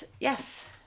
yes